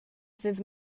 ddydd